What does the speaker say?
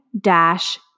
dash